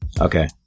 Okay